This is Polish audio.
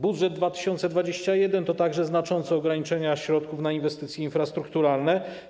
Budżet 2021 r. to także znaczące ograniczenia środków na inwestycje infrastrukturalne.